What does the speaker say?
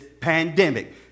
pandemic